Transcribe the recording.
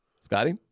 Scotty